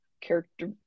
character